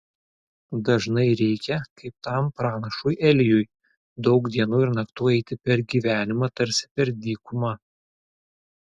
dažnai reikia kaip tam pranašui elijui daug dienų ir naktų eiti per gyvenimą tarsi per dykumą